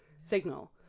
signal